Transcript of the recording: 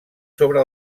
sobre